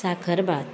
साखरभात